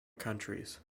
countries